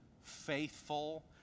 faithful